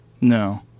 no